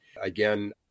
Again